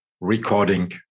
recording